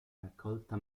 raccolta